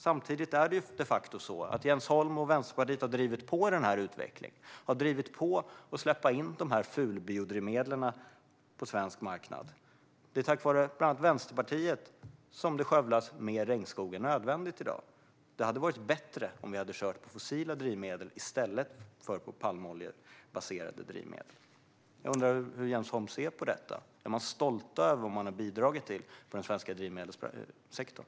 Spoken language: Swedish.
Samtidigt är det de facto så att Jens Holm och Vänsterpartiet har drivit på utvecklingen och för att släppa in de här fulbiodrivmedlen på svensk marknad. Det är tack vare bland annat Vänsterpartiet som det skövlas mer regnskog än nödvändigt i dag. Det hade varit bättre om vi hade kört på fossila drivmedel i stället för på palmoljebaserade drivmedel. Jag undrar hur Jens Holm ser på detta. Är man stolt över vad man har bidragit till i den svenska drivmedelssektorn?